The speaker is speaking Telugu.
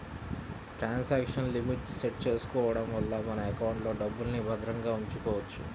ట్రాన్సాక్షన్ లిమిట్ సెట్ చేసుకోడం వల్ల మన ఎకౌంట్లో డబ్బుల్ని భద్రంగా ఉంచుకోవచ్చు